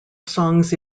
songs